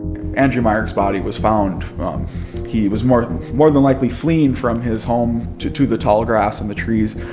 andrew myrick s body was found he was more than more than likely fleeing from his home to to the tall grass and the trees.